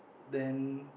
then